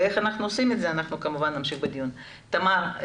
ח"כ זנדברג בבקשה.